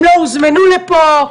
הם לא הוזמנו לפה.